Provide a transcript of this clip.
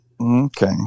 Okay